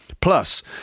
Plus